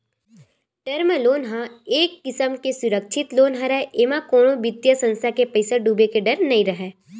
term loan ह एक किसम के सुरक्छित लोन हरय एमा कोनो बित्तीय संस्था के पइसा डूबे के डर नइ राहय